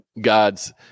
God's